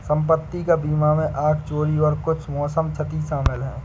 संपत्ति का बीमा में आग, चोरी और कुछ मौसम क्षति शामिल है